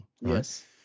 Yes